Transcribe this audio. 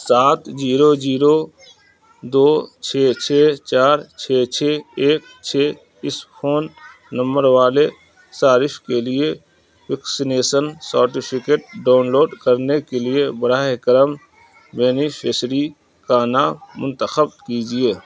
سات زیرو زیر چھے چھے چار چھے چھے ایک چھے اس فون نمبر والے صارف کے لیے ویکسینیشن سرٹیفکیٹ ڈاؤن لوڈ کرنے کے لیے براہ کرم بینیفشیری کا نام منتخب کیجیے